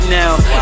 now